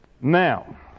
Now